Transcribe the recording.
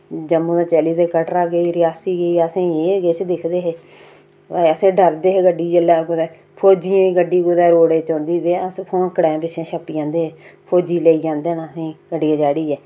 जम्मू दा आई ते कटरा गेई रियासी गेई ते अस एह् किश दिखदे हे ते अस डरदे हे गड्डी जेल्लै कुदै फौजियें दी गड्डी कुदै रोड़े ई औंदी ही ते अस फुहाकड़ें दे पिच्छें छप्पी जंदे हे फौजी लेई जंदे न असेंगी गड्डियै चाढ़ियै